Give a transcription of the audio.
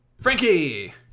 Frankie